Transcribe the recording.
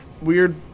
Weird